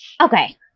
Okay